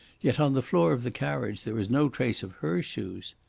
yet on the floor of the carriage there is no trace of her shoes.